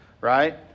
right